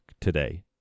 today